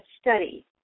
study